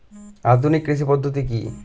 আধুনিক কৃষি পদ্ধতি কী?